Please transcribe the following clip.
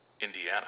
Indiana